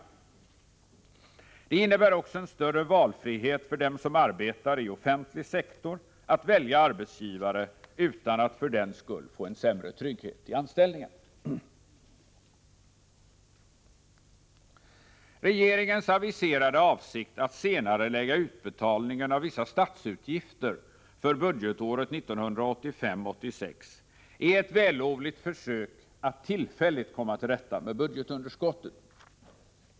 Det innebär också en större valfrihet för dem som arbetar i offentlig sektor att välja arbetsgivare utan att för den skull få en sämre trygghet i anställningen. Regeringens aviserade avsikt att senarelägga utbetalningen av vissa statsutgifter för budgetåret 1985/86 är ett vällovligt försök att tillfälligt komma till rätta med budgetunderskottet.